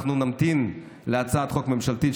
אנחנו נמתין להצעת חוק ממשלתית,